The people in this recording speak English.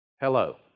Hello